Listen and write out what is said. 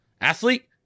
athlete